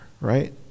right